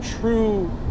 true